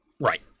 right